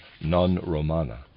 non-Romana